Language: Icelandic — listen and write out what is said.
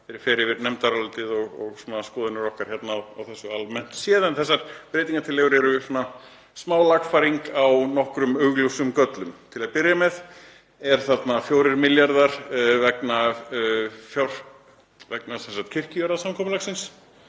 ég fer yfir nefndarálitið og skoðanir okkar á þessu almennt séð. Þessar breytingartillögur eru smá lagfæring á nokkrum augljósum göllum. Til að byrja með eru þarna 4 milljarðar vegna kirkjujarðasamkomulagsins